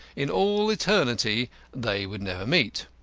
in all eternity they would never meet.